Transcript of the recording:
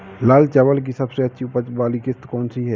लाल चावल की सबसे अच्छी उपज वाली किश्त कौन सी है?